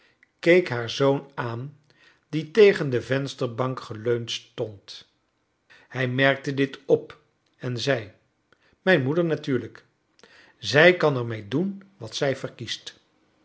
keek haar zoon aan die tegeu de vensterbank geleund stond hij merkte dit op en zei mijn moeder natuurlijk zij kan er rnee doen wat zij verkiest